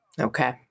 okay